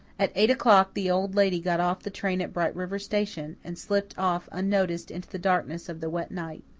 at eight o'clock the old lady got off the train at bright river station, and slipped off unnoticed into the darkness of the wet night.